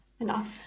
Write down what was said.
Enough